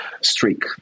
streak